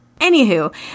Anywho